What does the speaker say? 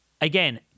again